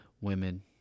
women